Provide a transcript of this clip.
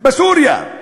בסוריה.